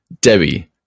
Debbie